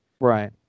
Right